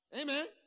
Amen